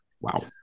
Wow